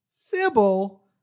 Sybil